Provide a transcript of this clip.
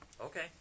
Okay